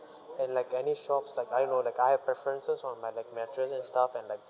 and like any shops like I know like I have preferences on my like mattress and stuff and like